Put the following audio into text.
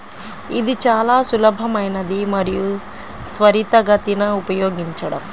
ఇది చాలా సులభమైనది మరియు త్వరితగతిన ఉపయోగించడం